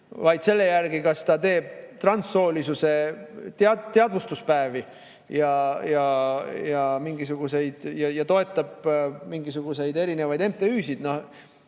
vaid selle järgi, kas ta teeb transsoolisuse teadvustuspäevi ja toetab mingisuguseid erinevaid MTÜ‑sid,